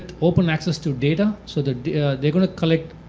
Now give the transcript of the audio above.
open access to data. so they're they're going to collect